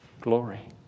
glory